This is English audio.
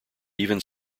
even